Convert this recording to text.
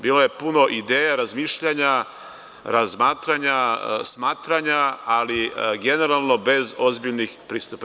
Bilo je puno ideja, razmišljanja, razmatranja, smatranja, ali generalno bez ozbiljnih pristupa.